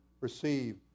receive